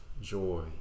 joy